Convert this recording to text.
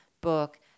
book